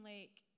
Lake